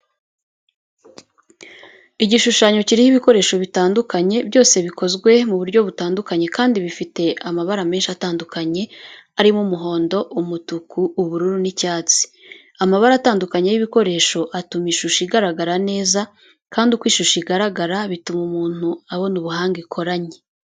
Igishushanyo kiriho ibikoresho bitandukanye, byose bikozwe mu buryo butandukanye kandi bifite amabara menshi atandukanye arimo, umuhondo, umutuku, ubururu n'icyatsi. Amabara atandukanye y'ibikoresho atuma ishusho igaragara neza, kandi uko ishusho igaragara, bituma umuntu abona ubuhanga ikoranye.